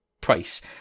price